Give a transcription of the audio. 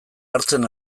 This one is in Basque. hartzen